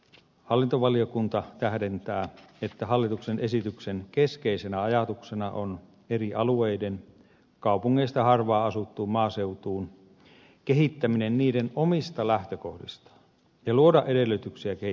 hallintovaliokunta tähdentää että hallituksen esityksen keskeisenä ajatuksena on eri alueiden kaupungeista harvaanasuttuun maaseutuun kehittäminen niiden omista lähtökohdista ja luoda edellytyksiä kehittämistyölle